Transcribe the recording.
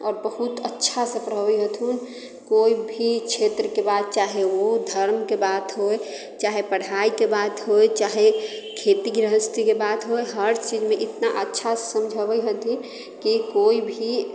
आओर बहुत अच्छा से पढ़बै हथुन कोइ भी क्षेत्रके बात चाहे ओ धर्मके बात होइ चाहे पढ़ाइके बात होइ चाहे खेती गृहस्थीके बात होइ हर चीजमे इतना अच्छा समझबैत हथिन कि केओ भी